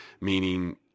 meaning